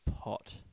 pot